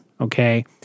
Okay